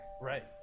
Right